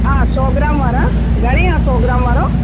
हा सौ ग्राम वारा घणे आहे सौ ग्राम वारो